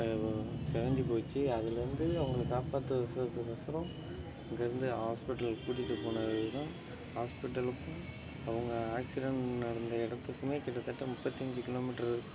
சிதஞ்சி போய்டுச்சு அதுலேருந்து அவங்கள காப்பத்துகிறதுக்கு கொசரம் அங்கே இருந்து ஹாஸ்பிட்டல் கூட்டிட்டு போனது தான் ஹாஸ்பிட்டலுக்கும் அவங்க ஆக்சிடண்ட் நடந்த இடத்துக்குமே கிட்டத்திட்ட முப்பத்தி அஞ்சு கிலோ மீட்ரு